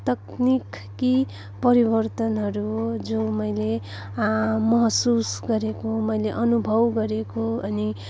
तकनिकी परिवर्तनहरू हो जो मैले महसुस गरेको मैले अनुभव गरेको अनि